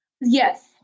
Yes